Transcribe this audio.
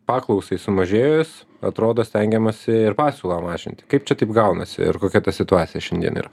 paklausai sumažėjus atrodo stengiamasi ir pasiūlą mažint kaip čia taip gaunasi ir kokia ta situacija šiandien ir